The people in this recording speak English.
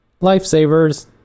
lifesavers